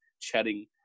chatting